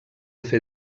fer